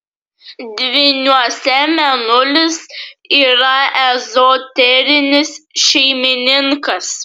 dvyniuose mėnulis yra ezoterinis šeimininkas